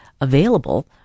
available